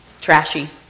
trashy